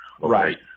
Right